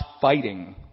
fighting